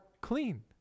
clean